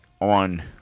on